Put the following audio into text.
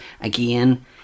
again